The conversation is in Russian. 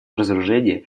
разоружения